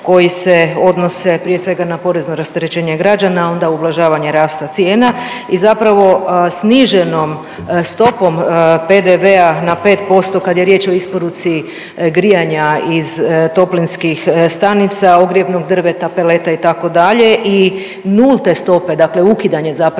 koji se odnose prije svega na porezno rasterećenje građana, onda ublažavanje rasta cijena i zapravo sniženom stopom PDV-a na 5% kada je riječ o isporuci grijanja iz toplinskih stanica, ogrjevnog drveta, peleta itd. i nulte stope, dakle ukidanje zapravo